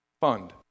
fund